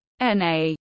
na